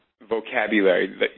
vocabulary